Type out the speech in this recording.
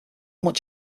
much